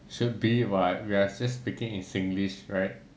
should be what we are speaking in singlish right